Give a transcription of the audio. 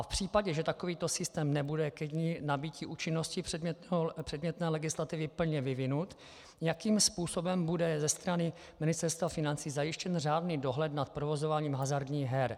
V případě, že takovýto systém nebude ke dni nabytí účinnosti předmětné legislativy plně vyvinut, jakým způsobem bude ze strany Ministerstva financí zajištěn řádný dohled nad provozováním hazardních her?